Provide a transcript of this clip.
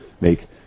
make